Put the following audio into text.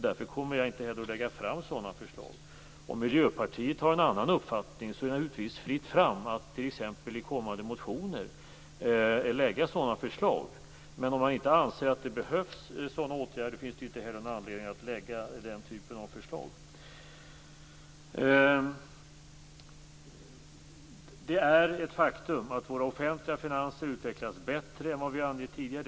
Därför kommer jag inte heller att lägga fram sådana förslag. Om Miljöpartiet har en annan uppfattning är det naturligtvis fritt fram att t.ex. i kommande motioner lägga fram sådana förslag, men om man inte anser att det behövs sådana åtgärder finns det inte heller någon anledning att lägga fram den typen av förslag. Det är ett faktum att våra offentliga finanser utvecklas bättre än vad vi har angett tidigare.